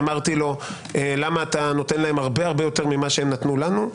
ואמרתי לו: למה אתה נותן להם הרבה הרבה יותר ממה שהם נתנו לנו?